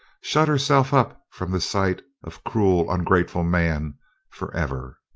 shut herself up from the sight of cruel ungrateful man for ever.